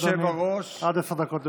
בבקשה, אדוני, עד עשר דקות לרשותך.